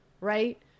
right